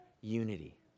unity